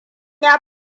ya